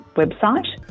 website